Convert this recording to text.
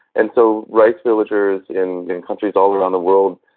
and so rice villagers in in countries all around the world,